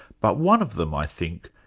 but one of them, i think,